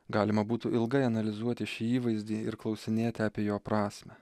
galima būtų ilgai analizuoti šį įvaizdį ir klausinėti apie jo prasmę